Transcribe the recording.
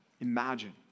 imagine